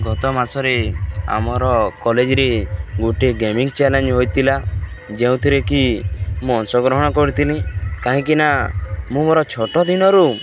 ଗତ ମାସରେ ଆମର କଲେଜରେ ଗୋଟେ ଗେମିଙ୍ଗ ଚ୍ୟାଲେଞ୍ଜ ହୋଇଥିଲା ଯେଉଁଥିରେ କିି ମୁଁ ଅଂଶଗ୍ରହଣ କରିଥିଲି କାହିଁକିନା ମୁଁ ମୋର ଛୋଟ ଦିନରୁ